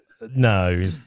No